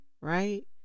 right